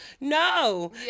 no